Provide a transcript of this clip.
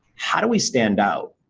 how do we stand out?